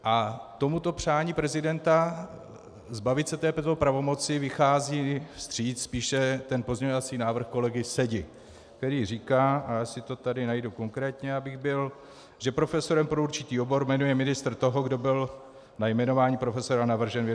A tomuto přání prezidenta zbavit se této pravomoci vychází vstříc spíše pozměňovací návrh kolegy Sedi, který říká já si to tady najdu konkrétně že profesorem pro určitý obor jmenuje ministr toho, kdo byl na jmenování profesora navržen.